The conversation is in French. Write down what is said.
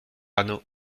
hanau